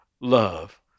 love